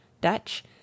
dutch